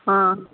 ಹಾಂ